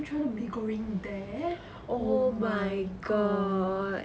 did you try the mee goreng there oh my god